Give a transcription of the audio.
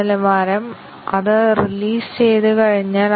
അതിനാൽ ഫലം ടോഗിൾ ചെയ്യുന്നില്ല